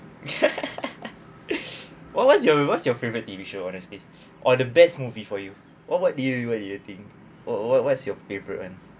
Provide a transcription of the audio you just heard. what what's your what's your favourite T_V show honestly or the best movie for you what what do you what do you think what what what's your favourite one